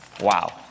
Wow